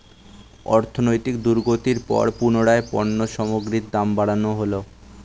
অর্থনৈতিক দুর্গতির পর পুনরায় পণ্য সামগ্রীর দাম বাড়ানো হলো